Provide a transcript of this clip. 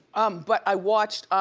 but i watched